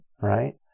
Right